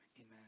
Amen